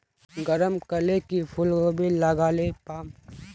गरम कले की फूलकोबी लगाले पाम?